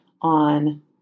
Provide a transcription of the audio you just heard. on